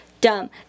dumb